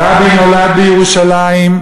רבין נולד בירושלים,